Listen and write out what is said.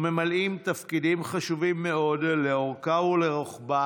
וממלאים תפקידים חשובים מאוד לאורכה ולרוחבה